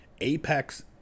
Apex